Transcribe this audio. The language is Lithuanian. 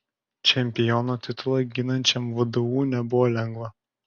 čempiono titulą ginančiam vdu nebuvo lengva